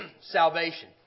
salvation